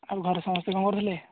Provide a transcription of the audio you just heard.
ଆଉ ଘରେ ସମସ୍ତେ କ'ଣ କରୁଥିଲେ